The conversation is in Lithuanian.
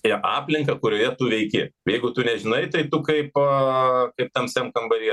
ir aplinką kurioje tu veiki jeigu tu nežinai tai tu kaip a kaip tamsiam kambaryje